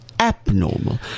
Abnormal